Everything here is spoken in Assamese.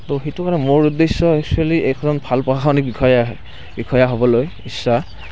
ত' সেইটো কাৰণে মোৰ উদেশ্য একচুয়েলি একজন ভাল প্ৰশাসনিক বিষয়া বিষয়া হ'বলৈ ইচ্ছা